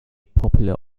popular